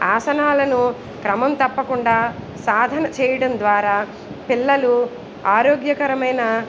ఆసనాలను క్రమం తప్పకుండా సాధన చేయడం ద్వారా పిల్లలు ఆరోగ్యకరమైన